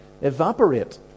evaporate